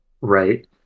Right